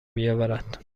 بیاورد